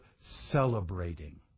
celebrating